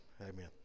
Amen